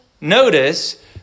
Notice